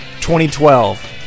2012